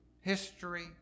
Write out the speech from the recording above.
history